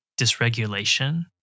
dysregulation